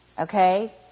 Okay